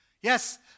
Yes